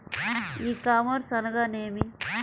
ఈ కామర్స్ అనగా నేమి?